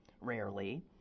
Rarely